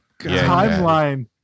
timeline